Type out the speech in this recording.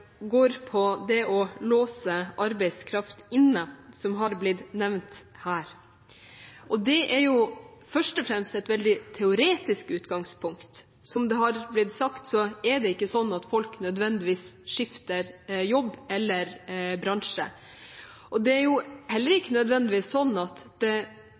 går på det å låse arbeidskraft inne, som har blitt nevnt her. Det er først og fremst et veldig teoretisk utgangspunkt. Som det har blitt sagt, er det ikke sånn at folk nødvendigvis skifter jobb eller bransje. Det er heller ikke nødvendigvis sånn at det